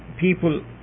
people